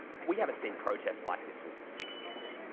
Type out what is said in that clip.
we haven't seen protests like this since the sixty s.